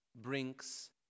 Brings